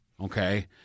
okay